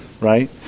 right